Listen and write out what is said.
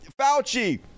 Fauci